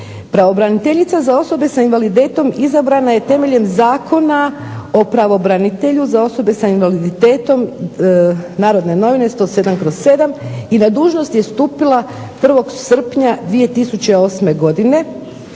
Pravobraniteljica za osobe sa invaliditetom izabrana je temeljem Zakona o pravobranitelju za osobe sa invaliditetom NN 107/07. i na dužnost je stupila 1. srpnja 2008. godine